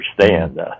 understand